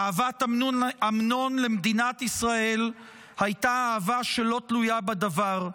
אהבת אמנון למדינת ישראל הייתה אהבה שלא תלויה בדבר.